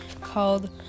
called